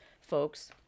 folks